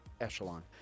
echelon